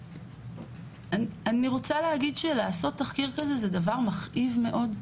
אני רוצה להגיד שלעשות תחקיר כזה זה דבר מכאיב מאוד,